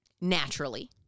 Naturally